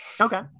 Okay